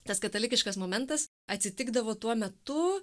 tas katalikiškas momentas atsitikdavo tuo metu